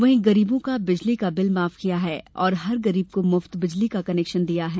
वहीं गरीबों का बिजली का बिल माफ किया गया है और हर गरीब को मुफ्त बिजली का कनेक्शन दिया गया है